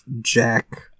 Jack